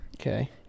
Okay